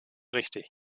richtig